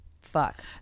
Fuck